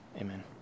Amen